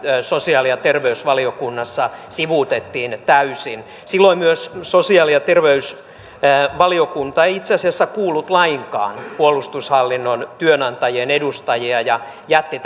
sosiaali ja terveysvaliokunnassa sivuutettiin täysin silloin sosiaali ja terveysvaliokunta ei itse asiassa myöskään kuullut lainkaan puolustushallinnon työnantajien edustajia ja jätti